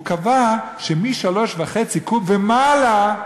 הוא קבע שזה מ-3.5 קוב ומעלה.